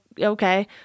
okay